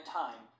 time